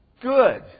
Good